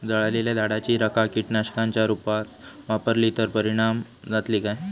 जळालेल्या झाडाची रखा कीटकनाशकांच्या रुपात वापरली तर परिणाम जातली काय?